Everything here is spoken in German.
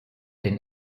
den